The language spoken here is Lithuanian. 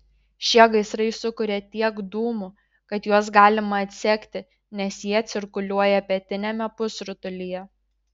šie gaisrai sukuria tiek dūmų kad juos galima atsekti nes jie cirkuliuoja pietiniame pusrutulyje